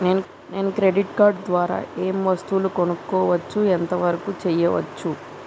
నేను credit card ద్వారా ఏం వస్తువులు కొనుక్కోవచ్చు ఎంత వరకు చేయవచ్చు?